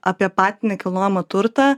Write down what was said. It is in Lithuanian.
apie patį nekilnojamą turtą